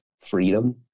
freedom